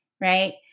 right